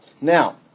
Now